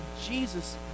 Jesus